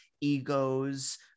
egos